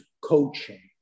coaching